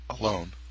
alone